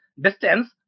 distance